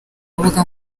rubuga